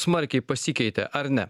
smarkiai pasikeitė ar ne